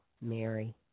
Mary